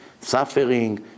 suffering